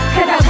Cause